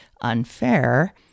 unfair